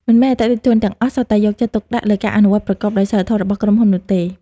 មិនមែនអតិថិជនទាំងអស់សុទ្ធតែយកចិត្តទុកដាក់លើការអនុវត្តប្រកបដោយសីលធម៌របស់ក្រុមហ៊ុននោះទេ។